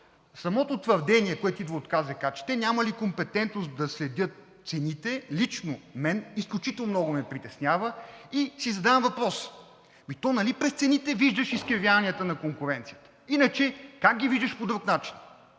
защита на конкуренцията, че те нямали компетентност да следят цените, лично мен изключително много ме притеснява и си задавам въпроса: то нали през цените виждаш изкривяванията на конкуренцията, иначе как ги виждаш по друг начин?